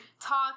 talk